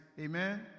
Amen